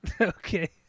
Okay